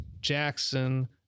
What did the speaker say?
Jackson